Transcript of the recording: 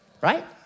right